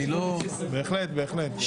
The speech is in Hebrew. בהחלט, בהחלט.